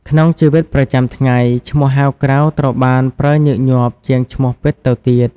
ក្នុងជីវិតប្រចាំថ្ងៃ ឈ្មោះហៅក្រៅត្រូវបានប្រើញឹកញាប់ជាងឈ្មោះពិតទៅទៀត។